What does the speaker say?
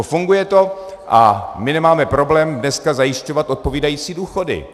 Funguje to a my nemáme problém dneska zajišťovat odpovídající důchody.